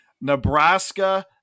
Nebraska